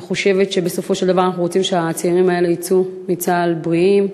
אני חושבת שבסופו של דבר אנחנו רוצים שהצעירים האלה יצאו מצה"ל בריאים,